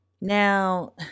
Now